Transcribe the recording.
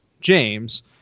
James